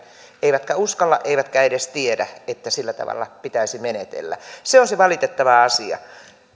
eivätkä uskalla eivätkä edes tiedä että sillä tavalla pitäisi menetellä se on se valitettava asia